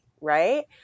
right